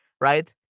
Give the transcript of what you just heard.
Right